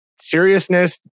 seriousness